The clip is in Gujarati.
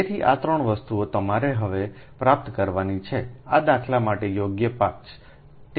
તેથી આ 3 વસ્તુઓ તમારે હવે પ્રાપ્ત કરવાની છે આ દાખલા માટે યોગ્ય 5